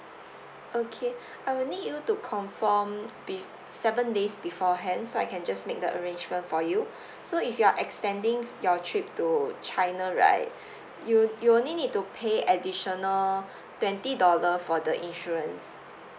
okay I will need you to conform be~ seven days beforehand so I can just make the arrangement for you so if you are extending your trip to china right you you only need to pay additional twenty dollar for the insurance